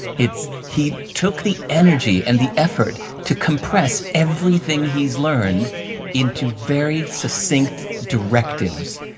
it's, he took the energy and the effort to compress everything he's learned into very succinct directives.